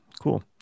Cool